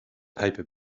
paper